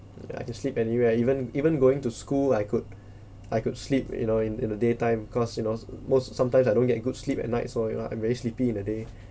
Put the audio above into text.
ya I can sleep anywhere even even going to school I could I could sleep you know in in the daytime cause you know most sometimes I don't get good sleep at night so you know I'm very sleepy in the day